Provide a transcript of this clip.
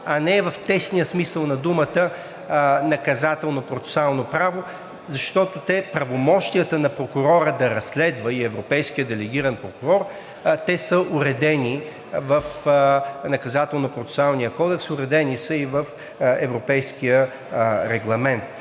а не е в тесния смисъл на думата наказателно-процесуално право, защото те, правомощията на прокурора да разследва, и на европейския делегиран прокурор, те са уредени в Наказателно-процесуалния кодекс, уредени са и в Европейския регламент.